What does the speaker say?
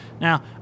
Now